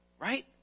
right